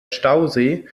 stausee